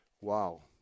wow